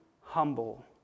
humble